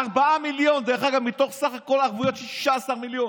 4 מיליון, דרך אגב, מתוך סך ערבויות של 16 מיליון,